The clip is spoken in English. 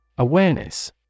Awareness